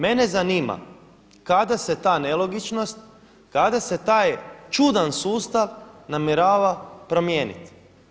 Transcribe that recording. Mene zanima kada se ta nelogičnost, kada se taj čudan sustav namjerava promijeniti?